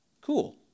cool